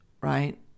right